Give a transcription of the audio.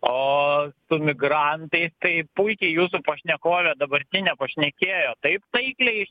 o migrantai tai puikiai jūsų pašnekovė dabartinė pašnekėjo tai taikliai